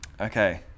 Okay